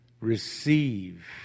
receive